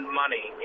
money